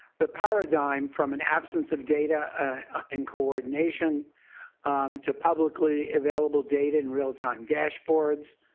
the paradigm from an absence of data and coordination to publicly available data in real-time dashboards,